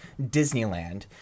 Disneyland